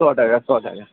સો ટકા સો ટકા